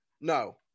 No